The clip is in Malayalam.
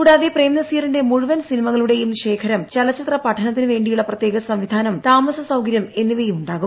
കൂടാതെ പ്രേംനസീറിന്റെ മുഴുവൻ സീനിമകളുടെയും ശേഖരം ചലച്ചിത്ര പഠനത്തിന് വേണ്ടിയുള്ള പ്രത്യേക സംവിധാനം താമസ സൌകര്യം എന്നിവയുമുണ്ടാകും